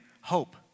hope